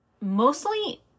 mostly